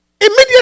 Immediately